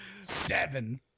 Seven